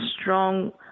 strong